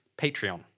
Patreon